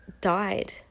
died